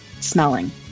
smelling